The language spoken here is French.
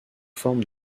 forme